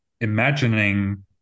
imagining